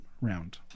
round